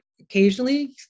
occasionally